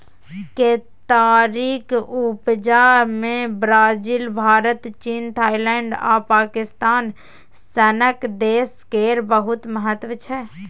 केतारीक उपजा मे ब्राजील, भारत, चीन, थाइलैंड आ पाकिस्तान सनक देश केर बहुत महत्व छै